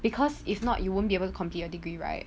because if not you won't be able to complete a degree right